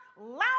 loud